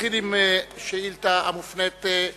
נתחיל בשאילתא המופנית,